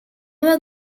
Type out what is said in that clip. were